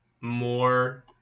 more